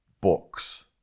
books